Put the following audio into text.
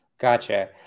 gotcha